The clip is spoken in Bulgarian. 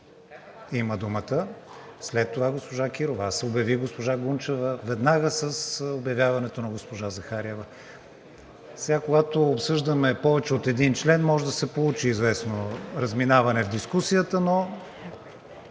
има думата, след това госпожа Кирова – аз обявих госпожа Гунчева веднага с обявяването на госпожа Захариева. Сега, когато обсъждаме повече от един член, може да се получи известно разминаване в дискусията, но